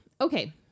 Okay